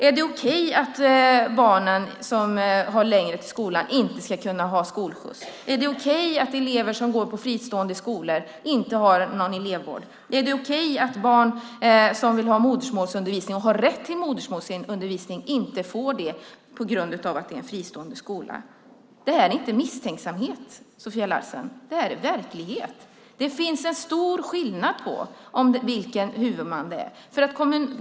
Är det okej att de barn som har längre till skolan inte ska kunna få skolskjuts? Är det okej att elever som går på fristående skolor inte har någon elevvård? Är det okej att barn som vill ha modersmålsundervisning, och har rätt till det, inte får det på grund av att det är en fristående skola? Det här är inte misstänksamhet, Sofia Larsen, det är verklighet. Det finns en stor skillnad beroende på vilken huvudman det är.